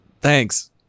thanks